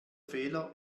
fehler